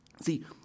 See